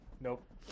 Nope